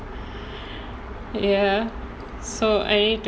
ya so I need to